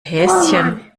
häschen